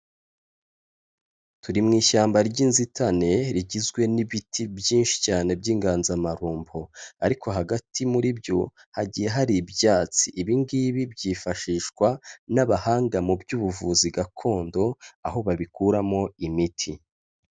Turi mu ishyamba ry'inzitane rigizwe n'ibiti byinshi cyane by'inganzamarumbo, ariko hagati muri byo hagiye hari ibyatsi. Ibi ngibi byifashishwa n'abahanga mu by'ubuvuzi gakondo aho babikuramo imiti.